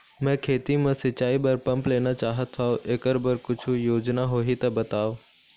मैं खेती म सिचाई बर पंप लेना चाहत हाव, एकर बर कुछू योजना होही त बताव?